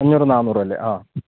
അഞ്ഞൂറ് നാന്നൂറ അല്ലേ ആ